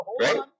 right